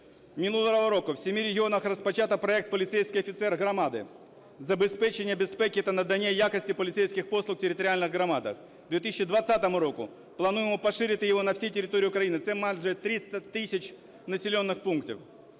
Минулого року в семи регіонах розпочато проект "Поліцейський офіцер громади", забезпечення безпеки та надання якості поліцейських послуг в територіальних громадах. В 2020 році плануємо поширити його на всій території України. Це маже 300 тисяч населених пунктів.